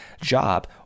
job